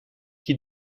qui